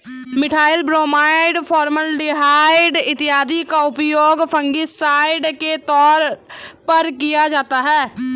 methyl bromide, formaldehyde इत्यादि का उपयोग फंगिसाइड के तौर पर किया जाता है